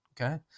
okay